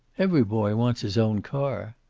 every boy wants his own car.